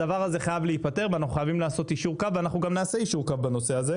הדבר הזה חייב להיפתר וחייב להיות יישור קו וגם נעשה יישור קו בנושא.